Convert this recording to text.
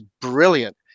brilliant